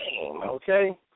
Okay